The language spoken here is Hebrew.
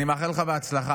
אני מאחל לך בהצלחה.